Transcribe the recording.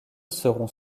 seront